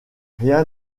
ryan